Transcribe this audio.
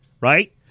right